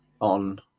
on